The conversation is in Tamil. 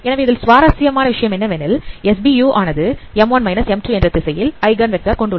எனவே இதில் சுவாரசியமான விஷயம் என்னவெனில் SBu ஆனது என்ற திசையில் ஐகன் வெக்டார் கொண்டுள்ளது